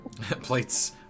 plates